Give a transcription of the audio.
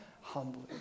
humbly